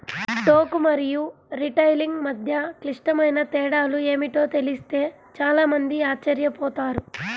టోకు మరియు రిటైలింగ్ మధ్య క్లిష్టమైన తేడాలు ఏమిటో తెలిస్తే చాలా మంది ఆశ్చర్యపోతారు